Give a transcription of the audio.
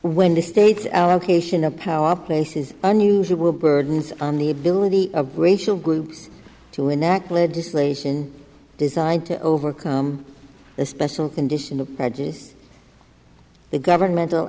when the state's allocation of power places unusual burdens on the ability of racial groups to enact legislation designed to overcome the special condition of the governmental